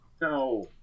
No